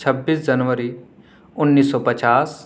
چھبیس جنوری انیس سو پچاس